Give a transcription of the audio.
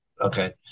Okay